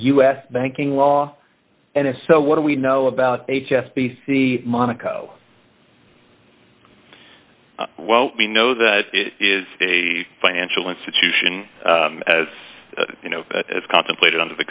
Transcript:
s banking law and if so what do we know about h s b c monaco well we know that it is a financial institution as you know as contemplated under the